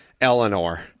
Eleanor